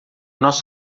nós